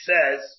says